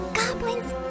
goblins